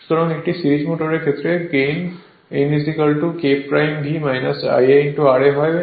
সুতরাং একটি সিরিজ মোটরের ক্ষেত্রে gain n K V Ia ra হবে